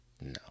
No